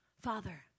Father